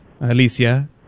Alicia